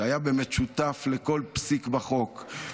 שהיה באמת שותף לכל פסיק בחוק,